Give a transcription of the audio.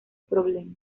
problema